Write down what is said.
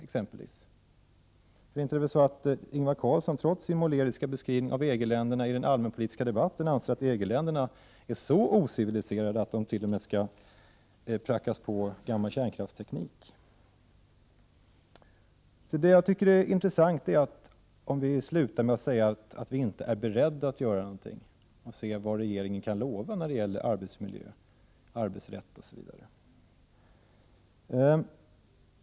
Inte är det väl så att Ingvar Carlsson trots sin måleriska beskrivning av EG-länderna i den allmänpolitiska debatten anser att EG-länderna är så ociviliserade att de t.o.m. skall prackas på gammal kärnkraftsteknik? Jag tycker att det vore intressant om statsministern ville sluta med att säga att man inte är beredd att göra det eller det, utan att vi i stället fick höra honom säga vad regeringen kan lova när det gäller arbetsmiljö, arbetsrätt OSV.